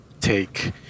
take